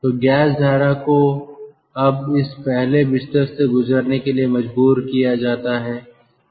तो गैस धारा को अब इस पहले बिस्तर से गुजरने के लिए मजबूर किया जाता है